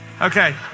Okay